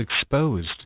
exposed